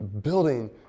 building